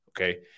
Okay